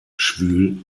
schwül